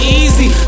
easy